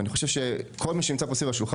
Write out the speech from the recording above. ואני חושב שכל מי שנמצא פה סביב השולחן